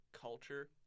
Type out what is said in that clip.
culture